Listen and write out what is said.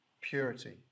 Purity